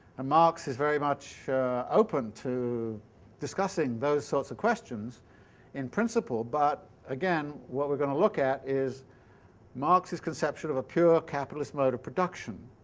and marx is very much open to discussing those sorts of questions in principle. but again, what we're going to look at is marx's conception of a pure capitalist mode of production.